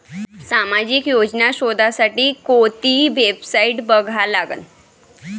सामाजिक योजना शोधासाठी कोंती वेबसाईट बघा लागन?